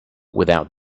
without